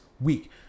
week